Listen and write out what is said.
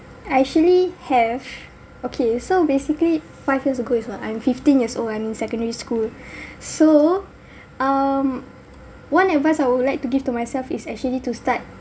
I actually have okay so basically five years ago is my I'm fifteen years old I am in secondary school so um one advice I would like to give to myself is actually to start